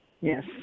Yes